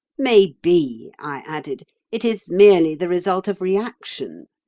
maybe, i added, it is merely the result of reaction.